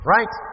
Right